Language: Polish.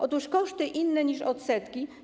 Otóż koszty inne niż odsetki.